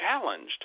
challenged